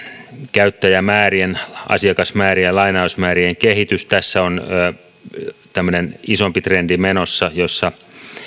käyttäjämäärien asiakasmäärien lainausmäärien kehitys tässä on menossa tämmöinen isompi trendi jossa